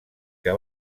que